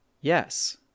Yes